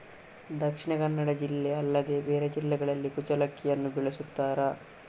ದಕ್ಷಿಣ ಕನ್ನಡ ಜಿಲ್ಲೆ ಅಲ್ಲದೆ ಬೇರೆ ಜಿಲ್ಲೆಗಳಲ್ಲಿ ಕುಚ್ಚಲಕ್ಕಿಯನ್ನು ಬೆಳೆಸುತ್ತಾರಾ?